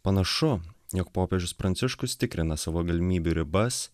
panašu jog popiežius pranciškus tikrina savo galimybių ribas